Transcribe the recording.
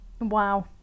Wow